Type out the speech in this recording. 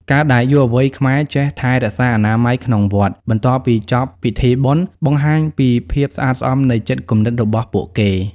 ការដែលយុវវ័យខ្មែរចេះ "ថែរក្សាអនាម័យក្នុងវត្ត" បន្ទាប់ពីចប់ពិធីបុណ្យ បង្ហាញពីភាពស្អាតស្អំនៃចិត្តគំនិតរបស់ពួកគេ។